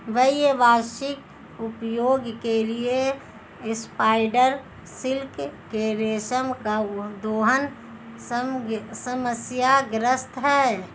व्यावसायिक उपयोग के लिए स्पाइडर सिल्क के रेशम का दोहन समस्याग्रस्त है